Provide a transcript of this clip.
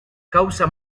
causa